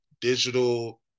digital